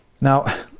Now